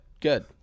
good